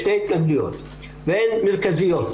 אפילו יש שתי תחנות שמשדרות בשפה הערבית,